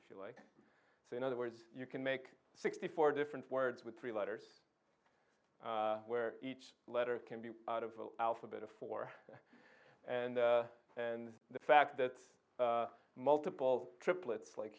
if you so in other words you can make sixty four different words with three letters where each letter can be out of alphabet of four and and the fact that multiple triplets like